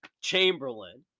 Chamberlain